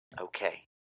Okay